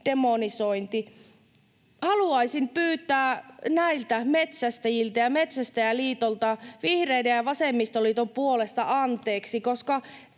demonisointi. Haluaisin pyytää näiltä metsästäjiltä ja Metsästäjäliitolta vihreiden ja vasemmistoliiton puolesta anteeksi, koska